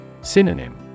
Synonym